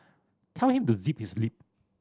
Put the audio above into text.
tell him to zip his lip